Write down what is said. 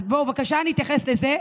אז בואו בבקשה נתייחס לזה,